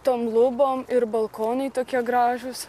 tom lubom ir balkonai tokie gražūs